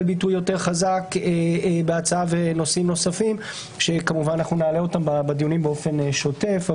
ביטוי יותר חזק בהצעה ונושאים נושאים שנעלה אותם בדיונים באופן שוטף.